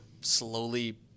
slowly